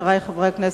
חברי חברי הכנסת,